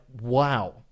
wow